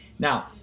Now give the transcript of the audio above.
Now